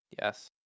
Yes